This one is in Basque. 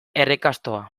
errekastoa